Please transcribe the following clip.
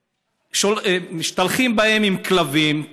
ומשתלחים בהם, עם כלבים.